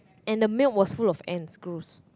and the milk was full of ants gross